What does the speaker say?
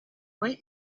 point